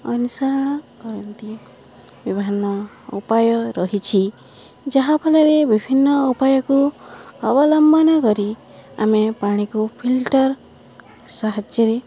ଅନୁସରଣ କରନ୍ତି ବିଭିନ୍ନ ଉପାୟ ରହିଛି ଯାହାଫଳରେ ବିଭିନ୍ନ ଉପାୟକୁ ଅବଲମ୍ବନା କରି ଆମେ ପାଣିକୁ ଫିଲ୍ଟର ସାହାଯ୍ୟରେ